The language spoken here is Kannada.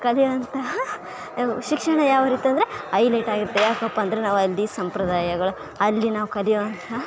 ಕಲಿಯುವಂತಹ ಶಿಕ್ಷಣ ಯಾವ ರೀತಿ ಅಂದರೆ ಐಲೆಟ್ಯಾಗಿ ಇರ್ತದೆ ಯಾಕಪ್ಪಂದರೆ ನಾವು ಅಲ್ಲಿ ಸಂಪ್ರದಾಯಗಳು ಅಲ್ಲಿ ನಾವು ಕಲಿಯೊವಂಥ